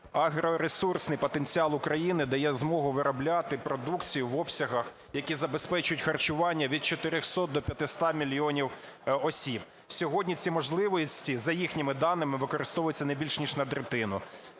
агроресурсний потенціал України дає змогу виробляти продукцію в обсягах, які забезпечують харчування від 400 до 500 мільйонів осіб. Сьогодні ці можливості, за їхніми даними, використовуються не більш ніж на третину.